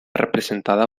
representada